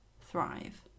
thrive